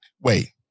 wait